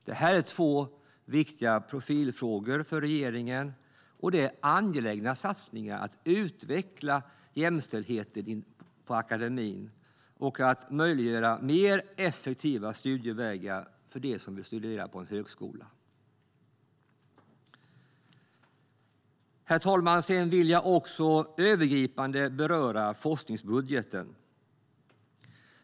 Detta är två viktiga profilfrågor för regeringen, och det är angelägna satsningar för att utveckla jämställdheten inom akademin och att möjliggöra mer effektiva studievägar för dem som vill studera på en högskola. Herr talman! Jag vill också övergripande beröra forskningsbudgeten.